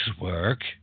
work